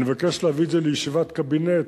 אני מבקש להביא את זה לישיבת קבינט,